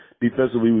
defensively